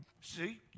see